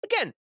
again